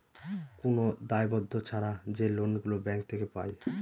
কোন দায়বদ্ধ ছাড়া যে লোন গুলো ব্যাঙ্ক থেকে পায়